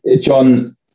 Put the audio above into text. John